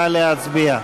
נא להצביע.